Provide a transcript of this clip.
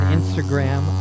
Instagram